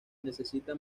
necesita